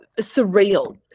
surreal